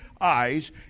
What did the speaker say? eyes